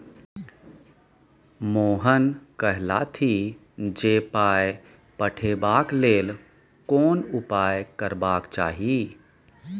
मोहन कहलथि जे पाय पठेबाक लेल कोन उपाय करबाक चाही